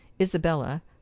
isabella